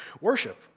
worship